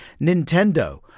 Nintendo